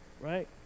right